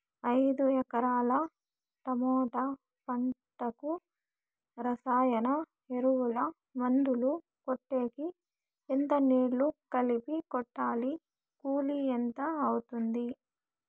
ఐదు ఎకరాల టమోటా పంటకు రసాయన ఎరువుల, మందులు కొట్టేకి ఎంత నీళ్లు కలిపి కొట్టాలి? కూలీ ఎంత అవుతుంది?